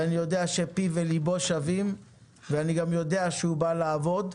ואני יודע שפיו ולבו שווים ואני גם יודע שהוא בא לעבוד.